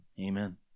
Amen